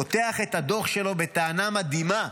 פותח את הדוח שלו בטענה מדהימה,